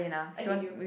I hate you